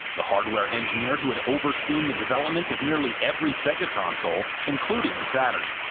the hardware engineer who had overseen the development of nearly every sega console, including the saturn.